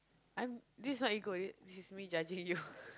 I'm~ this is not ego th~ this is me judging you